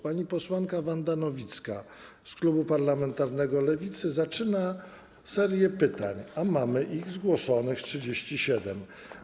Pani posłanka Wanda Nowicka z klubu parlamentarnego Lewicy zaczyna serię pytań, a mamy ich zgłoszonych 37.